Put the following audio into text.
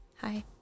Hi